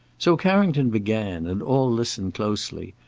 so carrington began, and all listened closely,